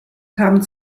kamen